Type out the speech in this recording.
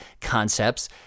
concepts